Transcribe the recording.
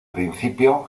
principio